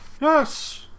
Yes